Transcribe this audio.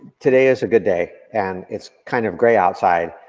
today is a good day and it's kind of gray outside,